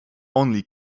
only